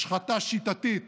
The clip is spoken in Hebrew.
השחתה שיטתית